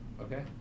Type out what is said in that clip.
Okay